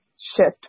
shift